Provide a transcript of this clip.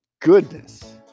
goodness